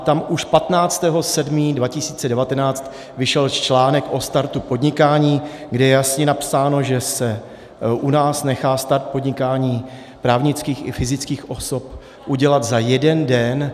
Tam už 15. 7. 2019 vyšel článek o startu podnikání, kde je jasně napsáno, že se u nás nechá start podnikání právnických i fyzických osob udělat za jeden den.